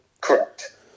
Correct